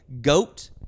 Goat